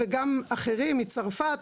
וגם אחרים מצרפת,